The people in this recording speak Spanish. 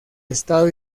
estado